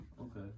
Okay